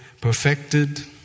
perfected